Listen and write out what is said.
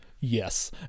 yes